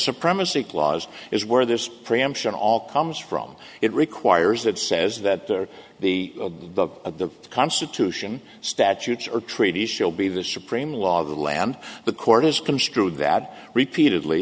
supremacy clause is where this preemption all comes from it requires that says that there be above the constitution statutes or treaties shall be the supreme law of the land the court is construed that repeatedly